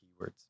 keywords